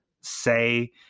say